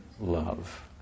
love